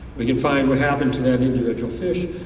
we can find what happened to that individual fish,